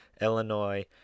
Illinois